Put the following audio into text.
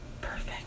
Perfect